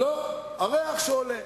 לא, הריח שעולה.